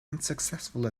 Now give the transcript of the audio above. unsuccessful